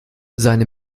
seine